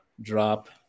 drop